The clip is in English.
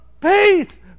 peace